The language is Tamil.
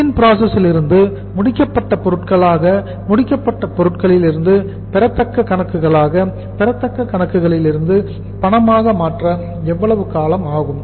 WIP லிருந்து முடிக்கப்பட்ட பொருட்களாக முடிக்கப்பட்ட பொருட்களிலிருந்து பெறத்தக்க கணக்குகளாக பெறத்தக்க கணக்குகளிருந்து பணமாக மாற எவ்வளவு காலம் ஆகும்